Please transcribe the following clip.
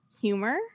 humor